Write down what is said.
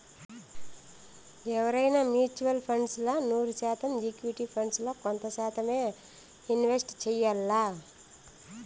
ఎవువైనా mutual funds ల నూరు శాతం ఈక్విటీ ఫండ్స్ ల కొంత శాతమ్మే ఇన్వెస్ట్ చెయ్యాల్ల